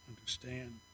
understand